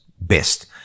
best